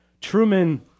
Truman